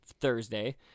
Thursday